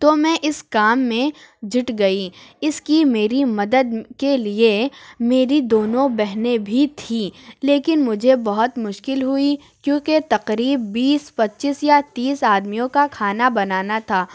تو میں اس کام میں جٹ گئی اس کی میری مدد کے لیے میری دونوں بہنیں بھی تھیں لیکن مجھے بہت مشکل ہوئی کیوں کہ تقریب بیس پچیس یا تیس آدمیوں کا کھانا بنانا تھا